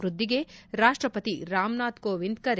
ವ್ವದ್ಗಿಗೆ ರಾಷ್ಟ್ಮಪತಿ ರಾಮನಾಥ್ ಕೋವಿಂದ್ ಕರೆ